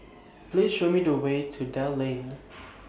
Please Show Me The Way to Dell Lane